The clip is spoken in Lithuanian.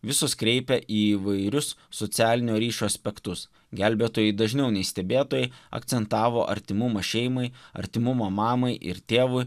visos kreipia į įvairius socialinio ryšio aspektus gelbėtojai dažniau nei stebėtojai akcentavo artimumą šeimai artimumą mamai ir tėvui